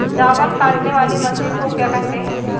चावल काटने वाली मशीन को क्या कहते हैं?